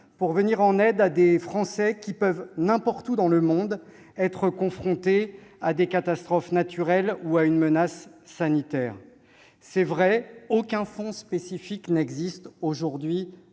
pour aider des Français qui peuvent, n'importe où dans le monde, être confrontés à des catastrophes naturelles ou à une menace sanitaire. Il est vrai qu'aucun fonds spécifique n'existe à